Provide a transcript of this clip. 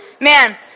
Man